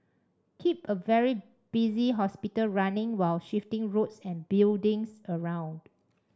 keep a very busy hospital running while shifting roads and buildings around